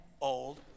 old